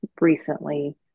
recently